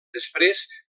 després